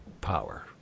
power